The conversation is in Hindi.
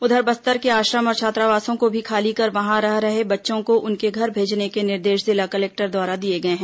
उधर बस्तर के आश्रम और छात्रावासों को भी खाली कर वहां रह रहे बच्चों को उनके घर भेजने के निर्देश जिला कलेक्टर द्वारा दिए गए हैं